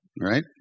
Right